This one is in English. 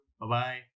Bye-bye